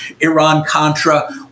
Iran-Contra